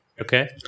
Okay